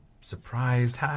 surprised